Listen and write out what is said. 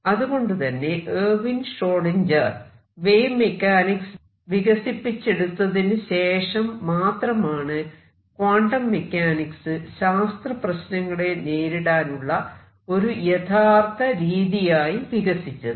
അതുകൊണ്ടുതന്നെ Erwin Schrödinger Erwin Schrödinger wave mechanics വികസിപ്പിച്ചെടുത്തതിന് ശേഷം മാത്രമാണ് ക്വാണ്ടം മെക്കാനിക്സ് ശാസ്ത്രപ്രശ്നങ്ങളെ നേരിടാനുള്ള ഒരു യഥാർത്ഥ രീതിയായി വികസിച്ചത്